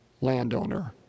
landowner